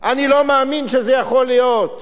אני לא מאמין שזה יכול להיות.